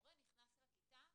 מורה נכנס לכיתה,